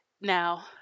Now